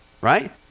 Right